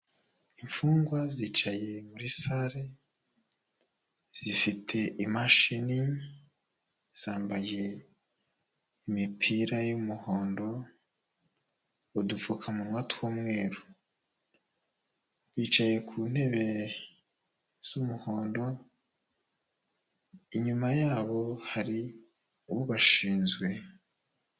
Imfungwa zicaye muri sale, zifite imashini, zambaye imipira y'umuhondo, udupfukamunwa tw'umweru. Bicaye ku ntebe z'umuhondo, inyuma yabo hari ubashinzwe.